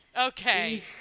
Okay